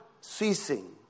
ceasing